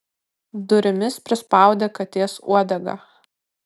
durimis prispaudė katės uodegą